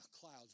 clouds